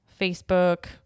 Facebook